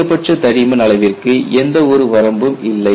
அதிகபட்ச தடிமன் அளவிற்கு எந்த ஒரு வரம்பும் இல்லை